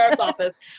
office